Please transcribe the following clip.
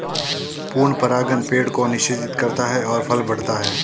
पूर्ण परागण पेड़ को निषेचित करता है और फल बढ़ता है